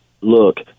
look